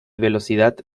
velocidad